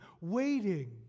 waiting